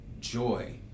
joy